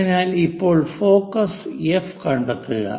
അതിനാൽ ഇപ്പോൾ focus F കണ്ടെത്തുക